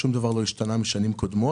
שום דבר לא השתנה משנים קודמות.